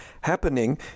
happening